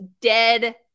dead